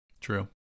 True